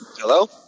Hello